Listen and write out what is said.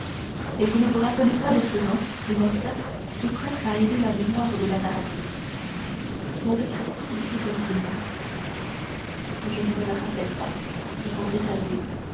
et vous ne vous rappelez pas ce nom dit morcerf tout prêt à aider la mémoire de la narratrice monte cristo lui fit un signe je ne me le rappelle pas répondit